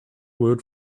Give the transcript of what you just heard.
word